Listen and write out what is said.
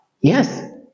Yes